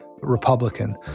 Republican